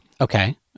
Okay